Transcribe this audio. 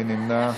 מי נמנע?